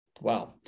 Wow